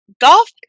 golf